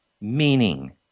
Meaning